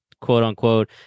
quote-unquote